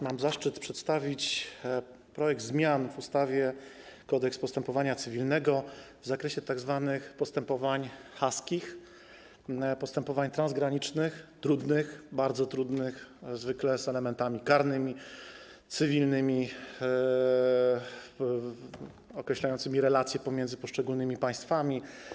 Mam zaszczyt przedstawić projekt zmian w ustawie - Kodeks postępowania cywilnego w zakresie tzw. postępowań haskich, postępowań transgranicznych - trudnych, bardzo trudnych, zwykle z elementami karnymi, cywilnymi, określającymi relacje pomiędzy poszczególnymi państwami.